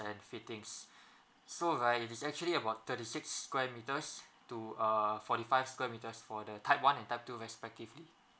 and fittings so right it is actually about thirty six square meters to a fourty five square meters for the type one time and type two respectively